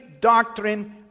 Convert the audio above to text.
doctrine